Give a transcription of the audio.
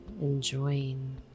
enjoying